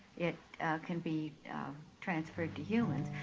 it can be transferred to humans.